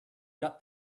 got